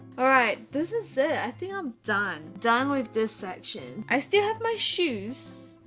all right, this is it i think i'm done done with this section i still have my shoes